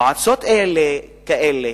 מועצות עם כאלה